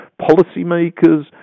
policymakers